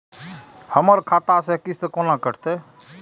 हमर खाता से किस्त कोना कटतै?